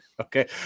Okay